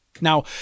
Now